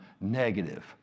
negative